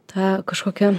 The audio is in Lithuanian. tą kažkokią